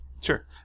Sure